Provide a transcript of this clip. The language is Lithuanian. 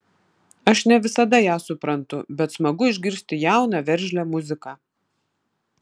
aš ne visada ją suprantu bet smagu išgirsti jauną veržlią muziką